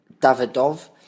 Davidov